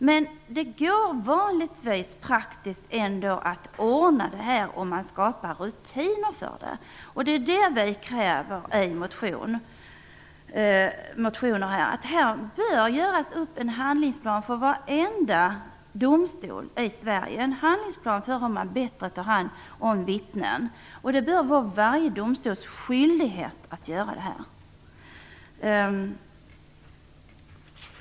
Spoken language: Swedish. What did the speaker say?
Men det går vanligtvis ändå att ordna detta praktiskt om man skapar rutiner för det. Det är det vi kräver i motionen. Det bör göras upp en handlingsplan för varenda domstol i Sverige för hur man bättre tar hand om vittnen, och detta borde vara varje domstols skyldighet.